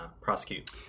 Prosecute